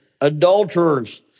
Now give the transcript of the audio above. adulterers